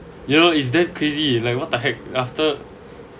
you know is that crazy like what the heck after